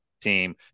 team